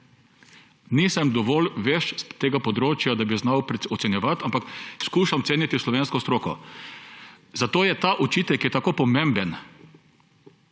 Nisem dovolj vešč tega področja, da bi znal ocenjevati, ampak skušam ceniti slovensko stroko. Zato je ta očitek tako pomemben,